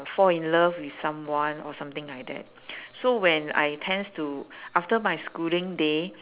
fall in love with someone or something like that so when I tends to after my schooling day